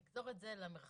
שזה 50%